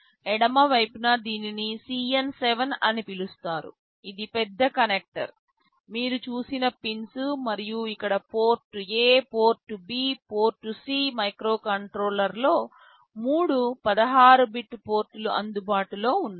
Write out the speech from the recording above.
ఎడమ వైపున దీనిని CN7 అని పిలుస్తారు ఇది పెద్ద కనెక్టర్ మీరు చూసిన పిన్స్ మరియు ఇక్కడ port A port B port C మైక్రోకంట్రోలర్లో మూడు 16 బిట్ పోర్ట్లు అందుబాటులో ఉన్నాయి